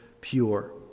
pure